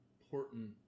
important